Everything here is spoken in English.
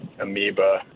amoeba